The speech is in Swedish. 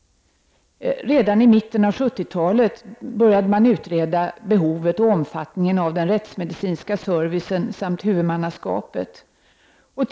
Redan i mitten av 1970-talet började man utreda behovet och omfattningen av den rättsmedicinska servicen samt huvudmannaskapet för denna.